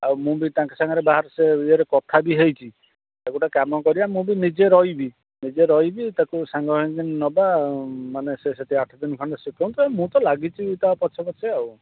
ଆଉ ମୁଁ ବି ସେ ତାଙ୍କ ସାଙ୍ଗରେ ବାହାର ସେ ଇଏରେ କଥା ବି ହେଇଛି ଗୋଟେ କାମ କରିବା ମୁଁ ନିଜେ ବି ରହିବି ମୁଁ ନିଜେ ରହିବି ତାକୁ ସାଙ୍ଗ ହେଇକି ନେବା ମାନେ ସେ ସେଠି ଆଠ ଦିନ ଖଣ୍ଡେ ଶିଖନ୍ତା ମୁଁ ତ ଲାଗିଛି ତା' ପଛେ ପଛେ ଆଉ